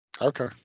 Okay